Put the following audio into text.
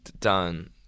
done